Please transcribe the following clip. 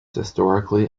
historically